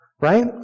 right